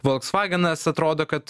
volksvagenas atrodo kad